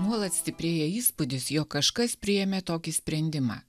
nuolat stiprėja įspūdis jog kažkas priėmė tokį sprendimą